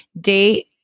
date